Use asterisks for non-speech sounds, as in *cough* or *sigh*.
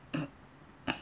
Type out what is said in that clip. *coughs*